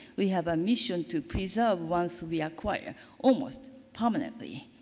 we have a mission to preserve once we acquire almost permanently.